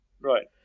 Right